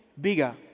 bigger